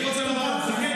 אני רוצה לומר לכם,